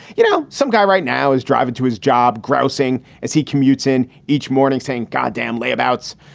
you know, some guy right now is driving to his job grousing as he commutes in each morning saying god damn layabouts,